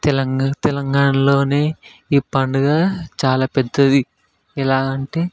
తెలంగ తెలంగాణలోనే ఈ పండుగ చాలా పెద్దది ఎలా గంటే